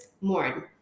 mourn